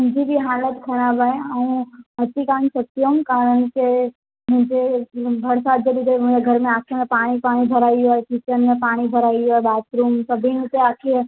मुंहिंजी बि हालत ख़राबु आहे ऐं अची कान सघंदी हुअमि कारणु मूंखे मुंहिंजे घर में भरिसां घर में पाणी पाणी भरियलु आहे किचन में पाणी भरियलु आहे बाथरुम में सभिनि पासे